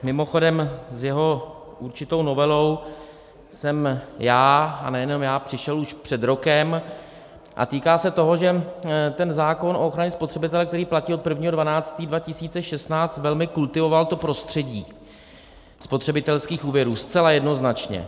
Mimochodem, s jeho určitou novelou jsem já, a nejenom já, přišel už před rokem a týká se toho, že ten zákon o ochraně spotřebitele, který platí od 1. 12. 2016, velmi kultivoval prostředí spotřebitelských úvěrů, zcela jednoznačně.